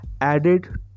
added